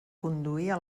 conduïa